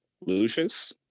Lucius